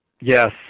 Yes